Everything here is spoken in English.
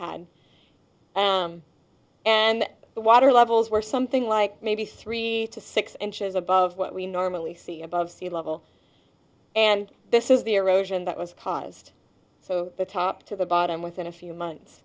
had and the water levels were something like maybe three to six inches above what we normally see above sea level and this is the erosion that was caused so the top to the bottom within a few months